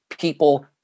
People